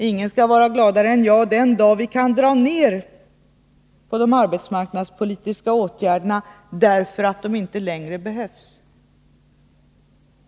Ingen skall vara gladare än jag den dag vi kan dra ner på de arbetsmarknadspolitiska åtgärderna, därför att de inte längre behövs.